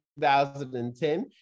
2010